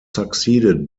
succeeded